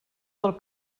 del